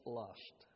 lust